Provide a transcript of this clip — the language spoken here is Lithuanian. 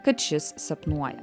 kad šis sapnuoja